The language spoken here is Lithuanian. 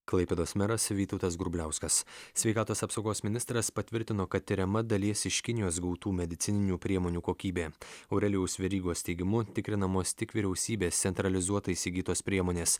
klaipėdos meras vytautas grubliauskas sveikatos apsaugos ministras patvirtino kad tiriama dalies iš kinijos gautų medicininių priemonių kokybė aurelijaus verygos teigimu tikrinamos tik vyriausybės centralizuotai įsigytos priemonės